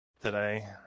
today